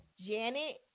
Janet